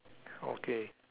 okay